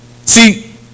See